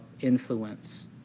influence